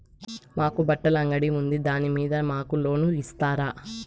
మాకు బట్టలు అంగడి ఉంది దాని మీద మాకు లోను ఇస్తారా